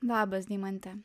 labas deimante